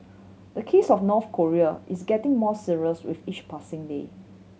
the case of North Korea is getting more serious with each passing day